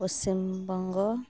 Paschimbanga